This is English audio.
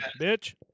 bitch